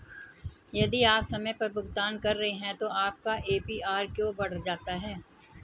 यदि आप समय पर भुगतान कर रहे हैं तो आपका ए.पी.आर क्यों बढ़ जाता है?